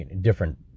different